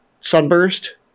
Sunburst